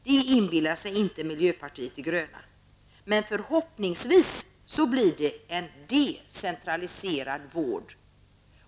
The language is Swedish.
Det inbillar sig inte miljöpartiet de gröna, men förhoppningsvis blir det en decentraliserad vård.